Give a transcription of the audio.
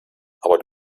aber